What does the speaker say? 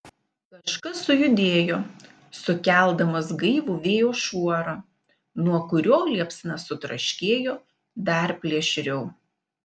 kažkas sujudėjo sukeldamas gaivų vėjo šuorą nuo kurio liepsna sutraškėjo dar plėšriau